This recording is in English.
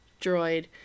droid